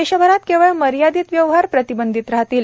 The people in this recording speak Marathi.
देशभरात केवळ मर्यादित व्यवहार प्रतिबंधित राहतील